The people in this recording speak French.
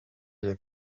les